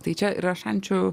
tai čia yra šančių